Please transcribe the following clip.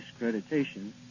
discreditation